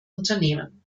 unternehmen